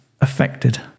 affected